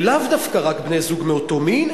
לאו דווקא רק בני-זוג מאותו מין,